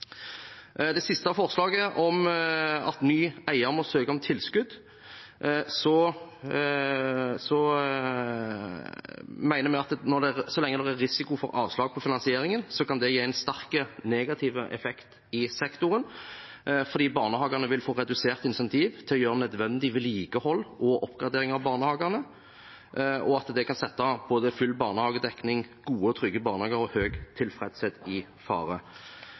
det gjelder forslag nr. 5, om at ny eier må søke om tilskudd, mener vi at så lenge det er risiko for avslag på finansieringen, kan det gi en sterk negativ effekt i sektoren fordi barnehagene vil få redusert incentiv til å gjøre nødvendig vedlikehold og oppgradering av barnehagene. Det kan sette både full barnehagedekning, gode og trygge barnehager og høy tilfredshet i fare.